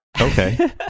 Okay